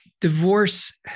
divorce